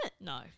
no